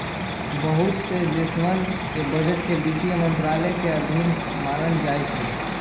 बहुत से देशवन के बजट के वित्त मन्त्रालय के अधीन मानल जाहई